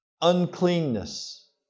Uncleanness